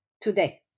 today